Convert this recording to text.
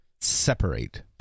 separate